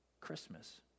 Christmas